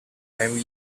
henry